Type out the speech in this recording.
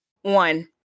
one